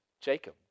Jacob